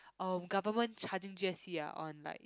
um government charging g_s_t ah on like